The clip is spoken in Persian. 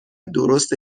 درست